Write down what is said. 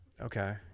Okay